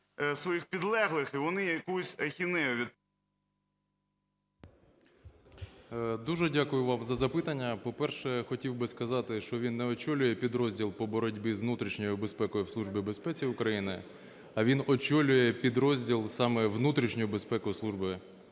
Дуже дякую вам за запитання. По-перше, хотів би сказати, що він не очолює підрозділ по боротьбі з внутрішньою безпекою в Службі безпеки України, а він очолює підрозділ саме внутрішньої безпеки у Службі безпеки України.